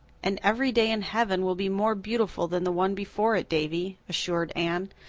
and every day in heaven will be more beautiful than the one before it, davy, assured anne,